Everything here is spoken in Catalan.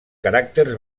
caràcters